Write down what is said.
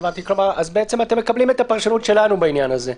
אתם מקבלים את הפרשנות שלנו בעניין הזה,